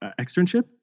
externship